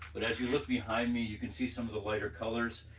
but as you look behind me, you can see some of the lighter colors.